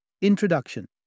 Introduction